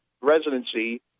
residency